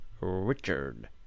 Richard